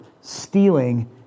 stealing